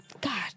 god